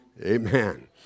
Amen